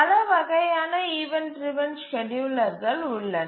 பல வகையான event driven ஸ்கேட்யூலர்கள் உள்ளன